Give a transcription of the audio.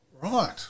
Right